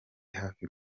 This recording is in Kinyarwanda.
hafi